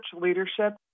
leadership